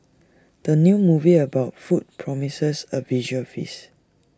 the new movie about food promises A visual feast